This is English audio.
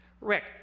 Rick